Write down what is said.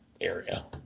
area